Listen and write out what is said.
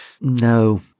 No